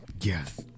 yes